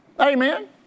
Amen